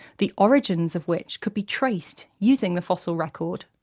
the origins of which could be traced using the fossil record.